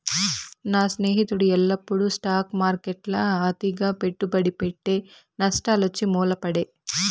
నా స్నేహితుడు ఎల్లప్పుడూ స్టాక్ మార్కెట్ల అతిగా పెట్టుబడి పెట్టె, నష్టాలొచ్చి మూల పడే